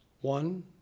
One